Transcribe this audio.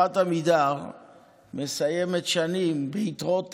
חברת עמידר מסיימת שנים ביתרות תקציביות,